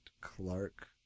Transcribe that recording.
Clark